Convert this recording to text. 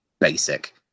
basic